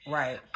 right